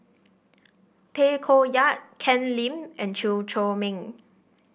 Tay Koh Yat Ken Lim and Chew Chor Meng